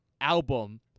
album